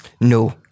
No